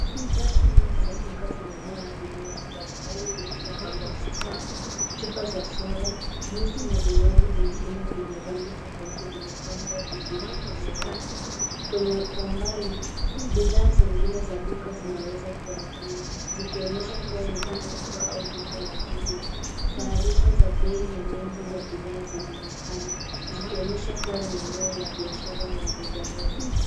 Rafu nyingi za duka zimejaa vinywaji mbali mbali vilivyopangwa kwa safu. Chupa za soda , juisi na vinywaji vingine vyenye rangi tofauti vimepangwa vizuri kwenye rafu. Kwenye, kwa umbali, bidhaa zingine za duka zinaweza kuonekana, zikionyesha kuwa ni duka kubwa au duka la jumla. Taarifa za bei na nembo za bidhaa zinaonekana, zikionyesha kuwa ni eneo la biashara ya rejareja.